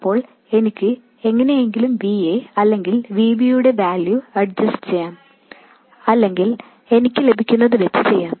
അപ്പോൾ എനിക്ക് എങ്ങനെയെങ്കിലും Va അല്ലെങ്കിൽ Vb യുടെ വാല്യൂ അഡ്ജസ്റ്റ് ചെയ്യാം അല്ലെങ്കിൽ എനിക്ക് ലഭിക്കുന്നത് വച്ച് ചെയ്യാം